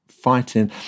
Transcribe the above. fighting